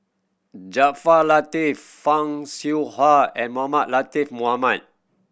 Jaafar Latiff Fan Shao Hua and Mohamed Latiff Mohamed